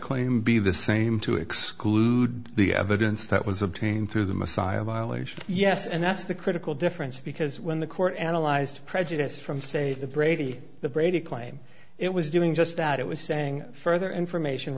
claim be the same to exclude the evidence that was obtained through the messiah violation yes and that's the critical difference because when the court analyzed prejudice from say the brady the brady claim it was doing just that it was saying further information